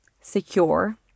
secure